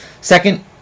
Second